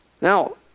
Now